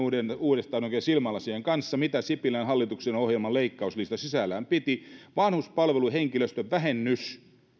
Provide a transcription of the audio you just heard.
uudestaan oikein silmälasien kanssa mitä sipilän hallituksen ohjelman leikkauslista sisällään piti vanhuspalveluhenkilöstön vähennys